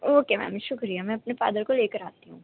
okay ma'am شکریہ میں اپنے فادر کو لے کر آتی ہوں